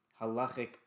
halachic